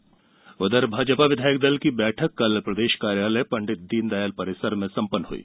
भाजपा बैठक उधर भाजपा विधायक दल की बैठक कल प्रदेश कार्यालय पं दीनदयाल परिसर में संपन्न हई